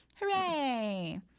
Hooray